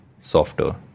softer